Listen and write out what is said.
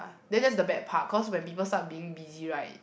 then that's the bad part cause when people start being busy right